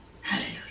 Hallelujah